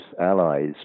allies